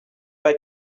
pas